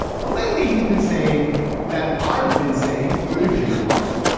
but lately he's been saying that. i've been saying bhuta jej wrong.